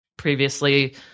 previously